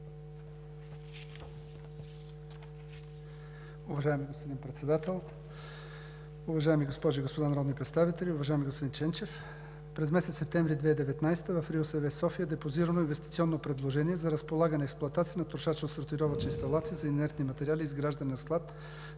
Уважаеми господин Председател, уважаеми госпожи и господа народни представители! Уважаеми господин Ченчев, през месец септември 2019 г. в РИОСВ – София, е депозирано инвестиционно предложение за разполагане и експлоатация на трошачно-сортировъчна инсталация за инертни материали, изграждане на склад